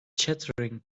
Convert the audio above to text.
chattering